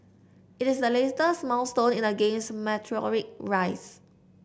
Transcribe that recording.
it is the latest milestone in the game's meteoric rise